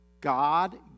God